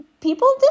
people